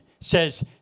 says